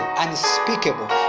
unspeakable